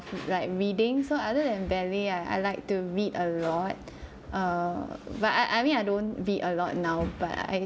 like reading so other than ballet ah I I like to read a lot err but I I mean I don't read a lot now but I